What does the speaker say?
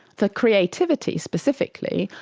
for creativity specifically,